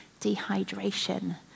dehydration